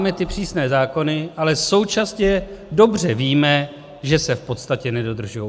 My máme ty přísné zákony, ale současně dobře víme, že se v podstatě nedodržují.